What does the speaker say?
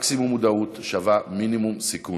מקסימום מודעות שווה מינימום סיכון.